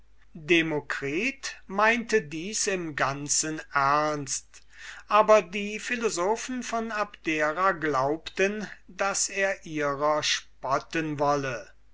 demokritus meinte dies im ganzen ernst aber die philosophen von abdera glaubten daß er ihrer spotten wolle